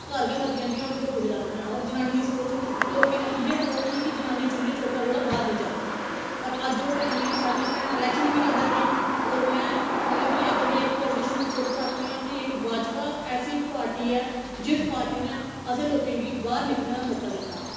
घर गै मरी जंदियां हियां उ'नेंगी कोई पुच्छदा निहां होर जनानियै दी सोच लोकें दी इ'यै सोच ही कि जनानी चुल्ली चौके कोला बाहर निं जा पर अज्ज ओह् टैम ऐ कि साढ़ियां भैनां इलेक्शन बी लड़ां दियां होर में मतलब कि अपनी इक पालीटिशन दे तौर पर आक्खनी कि इक भाजपा ऐसी पार्टी ऐ जिस पार्टी ने असें लोकें गी बाहर निकलने दा मौका दित्ता